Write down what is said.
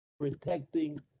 protecting